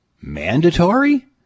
mandatory